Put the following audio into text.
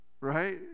right